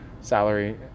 salary